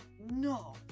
no